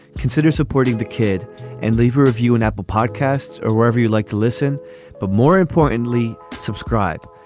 consider supporting the kid and leave a review in apple podcasts or wherever you like to listen but more importantly subscribe.